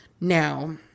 Now